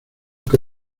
que